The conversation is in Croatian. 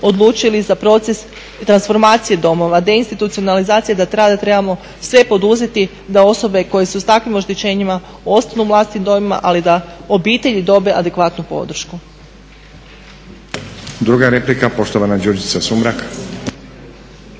za proces transformacije domova, deinstitucionalizacije da trebamo sve poduzeti da osobe koje su sa takvim oštećenjima ostanu u vlastitim domovima, ali da obitelji dobe adekvatnu podršku.